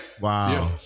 Wow